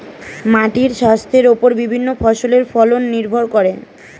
মাটির স্বাস্থ্যের ওপর বিভিন্ন ফসলের ফলন নির্ভর করে